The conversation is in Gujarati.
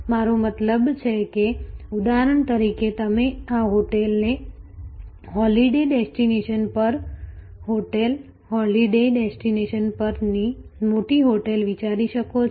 મારો મતલબ છે કે ઉદાહરણ તરીકે તમે આ હોટલને હોલિડે ડેસ્ટિનેશન પર હોટેલ હોલિડે ડેસ્ટિનેશન પરની મોટી હોટેલ વિચારી શકો છો